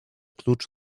klucz